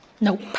Nope